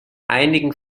einigen